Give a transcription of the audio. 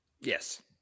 Yes